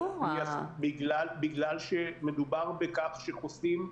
בגלל שמדובר בכך שחוסים,